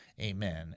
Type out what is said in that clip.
Amen